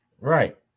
Right